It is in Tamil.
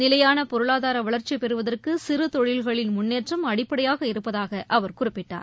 நிலையான பொருளாதார வளர்ச்சி பெறுவதற்கு சிறு தொழில்களின் முன்னேற்றம் அடிப்படையாக இருப்பதாக அவர் குறிப்பிட்டார்